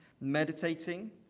meditating